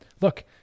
look